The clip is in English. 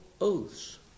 oaths